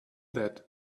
that